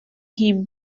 him